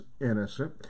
innocent